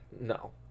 No